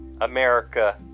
America